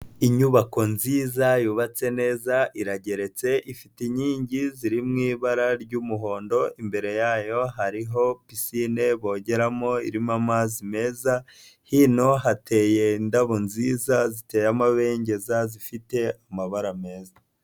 Inyubako nziza yubatse neza irageretse ifite inkingi ziri mu ibara ry'umuhondo, imbere yayo hariho pisine bogeramo irimo amazi meza, hino hateye indabo nziza ziteye amabengeza zifite amabara meza.